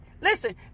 listen